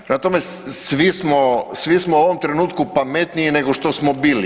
Prema tome, svi smo u ovom trenutku pametniji nego što smo bili.